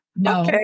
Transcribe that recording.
No